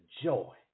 joy